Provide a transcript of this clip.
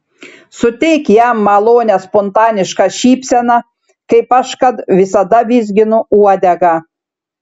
suteik jam malonią spontanišką šypseną kaip aš kad visada vizginu uodegą